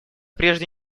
прежде